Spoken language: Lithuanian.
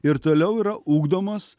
ir toliau yra ugdomas